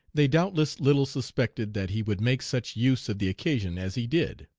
they doubtless, little suspected that he would make such use of the occasion as he did.